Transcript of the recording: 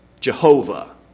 Jehovah